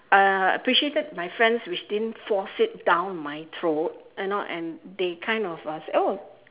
uh appreciated my friends which didn't force it down my throat and you know and they kind of uh say oh